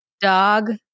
dog